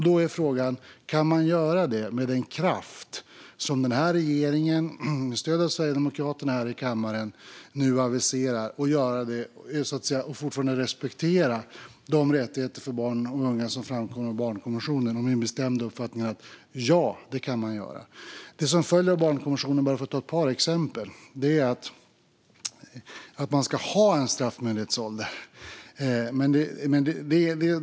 Då är frågan om man kan göra det med den kraft som regeringen med stöd av Sverigedemokraterna här i kammaren nu aviserar och fortfarande respektera de rättigheter för barn och unga som framkommer av barnkonventionen. Min bestämda uppfattning är att ja, det kan man göra. Det som följer av barnkonventionen, bara för att ta ett par exempel, är att man ska ha en straffmyndighetsålder.